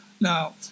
Now